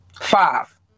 Five